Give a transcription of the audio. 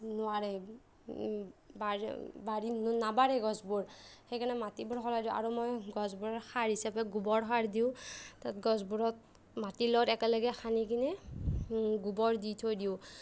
নোৱাৰে বাঢ়ি নাবাঢ়ে গছবোৰ সেইকাৰণে মাটিবোৰ সলাই দিওঁ আৰু মই গছবোৰত সাৰ হিচাপে গোবৰ সাৰ দিওঁ তাত গছবোৰত মাটিৰ লগত একেলগে সানি কিনে গোবৰ দি থৈ দিওঁ